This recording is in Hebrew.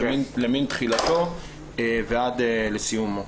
מתחילתו ועד לסיומו.